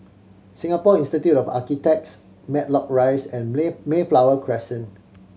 Singapore Institute of Architects Matlock Rise and May Mayflower Crescent